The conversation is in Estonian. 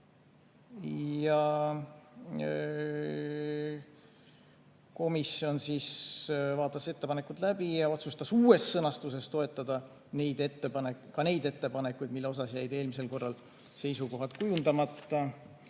Komisjon vaatas ettepanekud läbi ja otsustas uues sõnastuses toetada ka neid ettepanekuid, mille kohta jäid eelmisel korral seisukohad kujundamata.